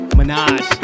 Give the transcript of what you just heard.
Minaj